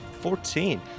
Fourteen